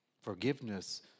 forgiveness